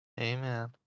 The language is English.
Amen